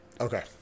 Okay